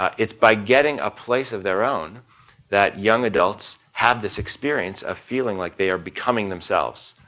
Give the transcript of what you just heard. ah it's by getting a place of their own that young adults have this experience of feeling like they are becoming themselves.